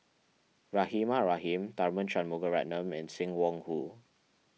Rahimah Rahim Tharman Shanmugaratnam and Sim Wong Hoo